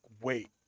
wait